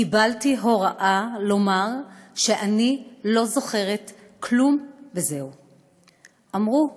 קיבלתי הוראה לומר שאני לא זוכרת כלום וזהו"; "אמרו: